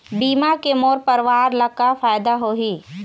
बीमा के मोर परवार ला का फायदा होही?